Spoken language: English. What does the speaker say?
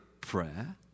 prayer